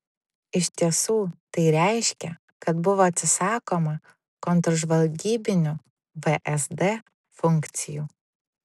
iš tiesų tai reiškė kad buvo atsisakoma kontržvalgybinių vsd funkcijų